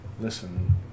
listen